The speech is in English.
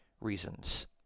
reasons